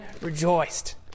rejoiced